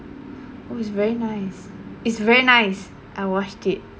oh is very nice it's very nice I watched it